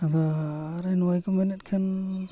ᱟᱫᱚ ᱠᱚ ᱢᱮᱱᱮᱫ ᱠᱷᱟᱱ